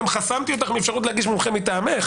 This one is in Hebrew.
חסמתי לך את האפשרות להגיש מומחה מטעמך.